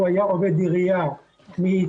הוא היה עובד עירייה מצעירותו,